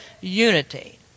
unity